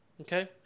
okay